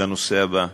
לנושא הבא,